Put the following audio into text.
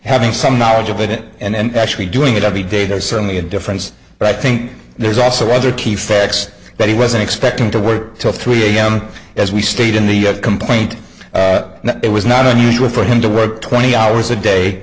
having some knowledge of it and actually doing it every day there's certainly a difference but i think there's also other key facts that he wasn't expecting to work till three am as we stayed in the complaint it was not unusual for him to work twenty hours a day